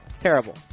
Terrible